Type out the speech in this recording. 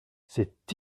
c’est